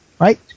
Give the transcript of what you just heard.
right